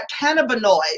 cannabinoids